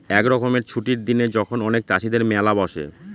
এক রকমের ছুটির দিনে যখন অনেক চাষীদের মেলা বসে